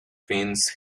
fins